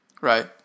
right